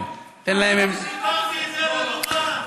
סיפרתי את זה לדוגמה.